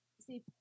See